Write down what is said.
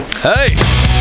Hey